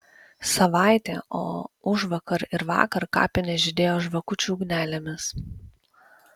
savaitė o užvakar ir vakar kapinės žydėjo žvakučių ugnelėmis